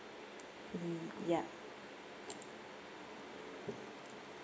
mm ya